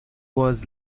was